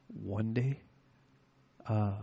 one-day